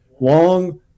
long